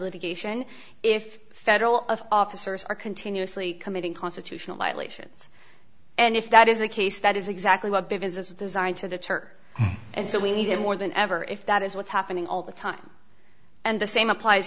litigation if federal of officers are continuously committing constitutional violations and if that is the case that is exactly what business is designed to deter and so we need it more than ever if that is what's happening all the time and the same applies